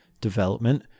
development